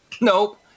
nope